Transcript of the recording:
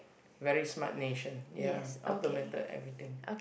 very smart nation ya automated everything